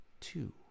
two